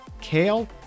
kale